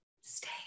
stay